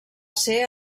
ser